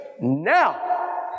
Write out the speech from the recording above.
now